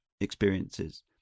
experiences